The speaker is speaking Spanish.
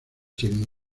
tienen